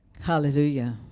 hallelujah